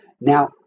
Now